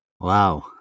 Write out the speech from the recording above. Wow